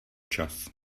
čas